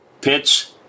pitch